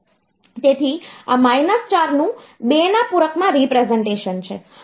તેથી આ માઈનસ 4 નું 2 ના પૂરક માં રીપ્રેસનટેશન છે